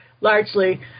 largely